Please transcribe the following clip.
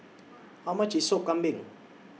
How much IS Sop Kambing